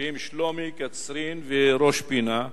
שלומי, קצרין וראש-פינה,